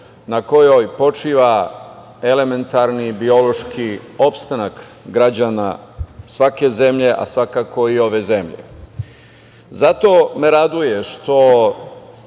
na kojoj počiva elementarni biološki opstanak građana svake zemlje, a svakako i ove zemlje. Zato me raduje što